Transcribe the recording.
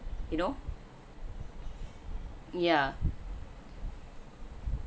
you know yeah